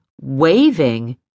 waving